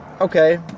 Okay